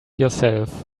yourself